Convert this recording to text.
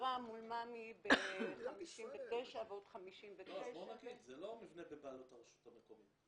בחכירה מול ממי ב59 ועוד 59. זה לא מבנה בבעלות הרשות המקומית,